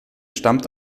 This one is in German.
stammt